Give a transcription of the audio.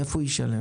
מאיפה הוא ישלם?